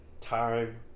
Time